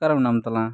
ᱚᱠᱟᱨᱮ ᱢᱮᱱᱟᱢ ᱛᱟᱞᱟᱝᱟ